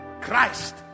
Christ